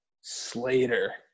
slater